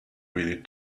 really